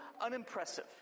unimpressive